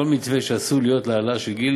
כל מתווה שעשוי לגרום להעלאה של הגיל